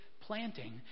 planting